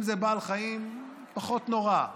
אם זה בעל חיים זה פחות נורא.